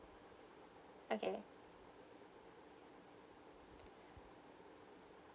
okay